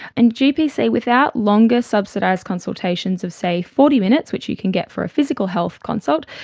and gps say without longer subsidised consultations of, say, forty minutes, which you can get for a physical health consult,